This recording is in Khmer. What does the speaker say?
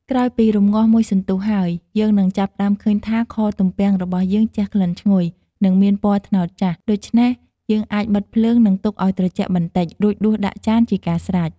ក្រោយពីរំងាស់មួយសន្ទុះហើយ យើងនឹងចាប់ផ្ដើមឃើញថា ខទំំពាំងរបស់យើងជះក្លិនឈ្ងុយ និងមានពណ៌ត្នោតចាស់ ដូច្នេះ យើងអាចបិទភ្លើង និងទុកឱ្យត្រចាក់បន្តិច រួចដួសដាក់ចានជាការស្រេច។